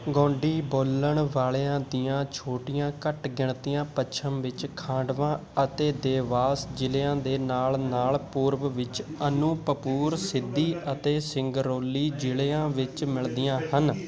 ਗੋਂਡੀ ਬੋਲਣ ਵਾਲਿਆਂ ਦੀਆਂ ਛੋਟੀਆਂ ਘੱਟ ਗਿਣਤੀਆਂ ਪੱਛਮ ਵਿੱਚ ਖਾਂਡਵਾ ਅਤੇ ਦੇਵਾਸ ਜ਼ਿਲ੍ਹਿਆਂ ਦੇ ਨਾਲ ਨਾਲ ਪੂਰਬ ਵਿੱਚ ਅਨੂਪਪੁਰ ਸਿੱਧੀ ਅਤੇ ਸਿੰਗਰੌਲੀ ਜ਼ਿਲ੍ਹਿਆਂ ਵਿੱਚ ਮਿਲਦੀਆਂ ਹਨ